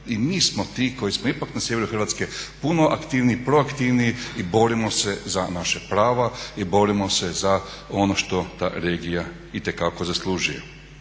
I mi smo ti koji smo ipak na sjeveru Hrvatske puno aktivniji, proaktivniji i borimo se za naša prava i borimo se za ono što ta regija itekako zaslužuje.